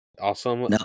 Awesome